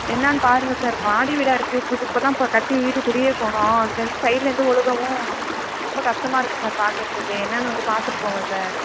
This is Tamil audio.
என்னன்னு பாருங்கள் சார் மாடி வீடாக இருக்குது புது இப்போ தான் இப்போ கட்டி வீடு குடியே போனோம் அதிலேருந்து சைடுலிருந்து ஒழுகவும் ரொம்ப கஷ்டமாக இருக்குது சார் பார்க்கறதுக்கே என்னன்னு வந்து பார்த்துட்டு போங்க சார்